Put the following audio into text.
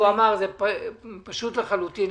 הוא פשוט לחלוטין.